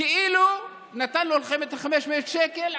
כאילו נתנו לכם 500 שקל,